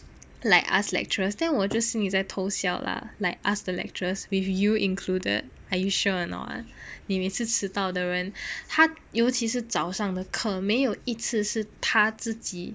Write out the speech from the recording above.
like us lecturers then 我就心里在偷笑 lah like us the lecturers with you included are you sure anot 你每一次迟到的人她尤其是早上的课没有一次是她自己